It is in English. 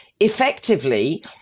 effectively